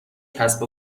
کسب